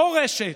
לא רשת,